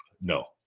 no